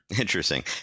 Interesting